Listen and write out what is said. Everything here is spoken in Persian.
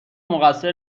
مقصر